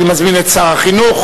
אני מזמין את שר החינוך,